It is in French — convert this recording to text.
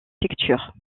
pictures